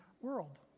world